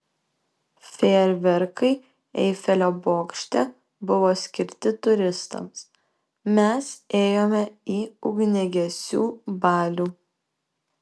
fejerverkai eifelio bokšte buvo skirti turistams mes ėjome į ugniagesių balių